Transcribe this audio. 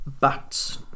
Bat's